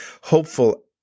hopeful